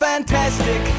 Fantastic